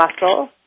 muscle